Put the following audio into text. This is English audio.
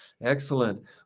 Excellent